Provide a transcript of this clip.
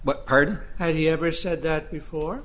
but hard how did he ever said that before